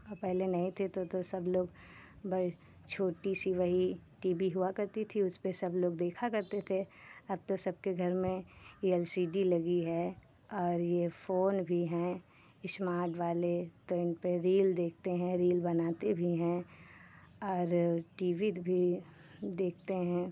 और पहले नहीं थे तो तो सब लोग वई छोटी सी वही टी वी हुआ करती थी उसपे सब लोग देखा करते थे अब तो सबके घर में ये एल सी डी लगी है और ये फोन भी हैं स्मार्ट वाले तो इनपे रील देखते हैं रील बनाते भी हैं और टी वी भी देखते हैं